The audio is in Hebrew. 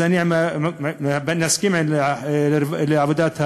אז נסכים לעבודה,